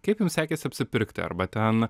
kaip jum sekėsi apsipirkti arba ten